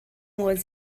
was